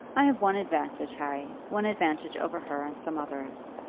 i have one advantage, harry one advantage over her and some others.